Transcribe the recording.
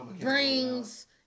brings